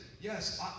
yes